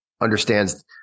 understands